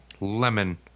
Lemon